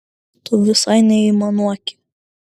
tu visai neaimanuoki